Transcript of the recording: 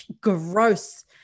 gross